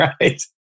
right